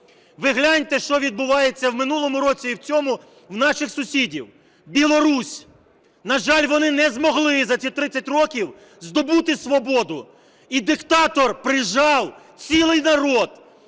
Ви гляньте, що відбувається в минулому році і в цьому в наших сусідів. Білорусь. На жаль, вони не змогли за ці 30 років здобути свободу. І диктатор "прижав" цілий народ,